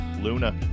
luna